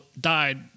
died